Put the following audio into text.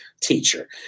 teacher